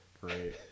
great